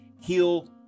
heal